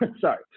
sorry